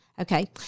Okay